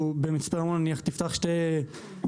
במצפה רמון נניח תפתח שני סופרים,